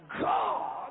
God